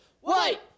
white